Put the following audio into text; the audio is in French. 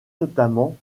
notamment